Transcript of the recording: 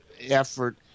effort